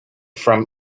from